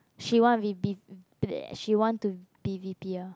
she want V_B she want to be V_P ah